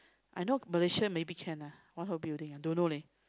I know Malaysia maybe can ah one whole building don't know leh